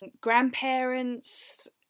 grandparents